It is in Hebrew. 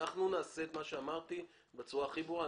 אנחנו נעשה את מה שאמרתי בצורה הכי ברורה.